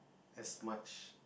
as much